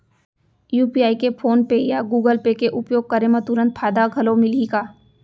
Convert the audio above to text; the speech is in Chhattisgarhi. यू.पी.आई के फोन पे या गूगल पे के उपयोग करे म तुरंत फायदा घलो मिलही का?